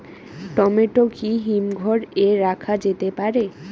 Tomato কি হিমঘর এ রাখা যেতে পারে?